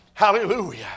Hallelujah